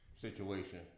Situation